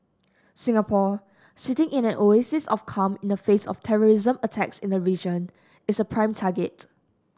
Singapore sitting in an oasis of calm in the face of terrorism attacks in the region is a prime target